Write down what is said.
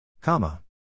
comma